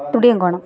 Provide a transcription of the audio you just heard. Thudiyamkonam